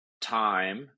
time